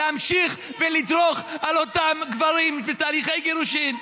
להמשיך ולדרוך על אותם גברים בתהליכי גירושים,